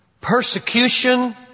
persecution